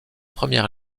premier